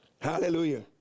Hallelujah